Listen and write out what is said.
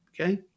Okay